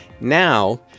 Now